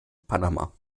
panama